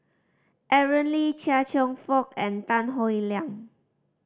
Aaron Lee Chia Cheong Fook and Tan Howe Liang